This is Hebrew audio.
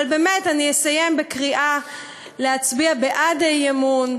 אבל באמת, אני אסיים בקריאה להצביע בעד האי-אמון,